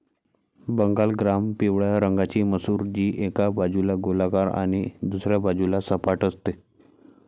Bengal gram पिवळ्या रंगाची मसूर, जी एका बाजूला गोलाकार आणि दुसऱ्या बाजूला सपाट असते